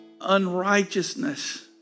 unrighteousness